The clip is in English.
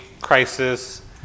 crisis